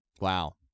Wow